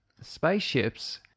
Spaceships